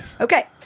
Okay